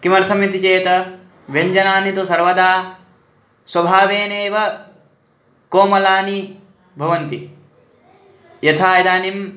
किमर्थमिति चेत् व्यञ्जनानि तु सर्वदा स्वभावेनैव कोमलानि भवन्ति यथा इदानीम्